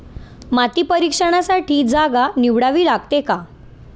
माती परीक्षणासाठी जागा निवडावी लागते का?